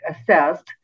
assessed